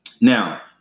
now